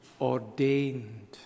ordained